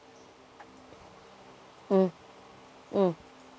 mm mm